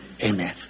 Amen